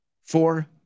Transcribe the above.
Four